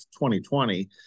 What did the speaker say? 2020